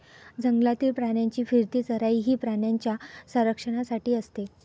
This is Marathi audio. जंगलातील प्राण्यांची फिरती चराई ही प्राण्यांच्या संरक्षणासाठी असते